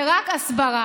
זה רק הסברה.